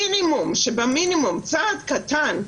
מינימום שבמינימום, צעד קטן,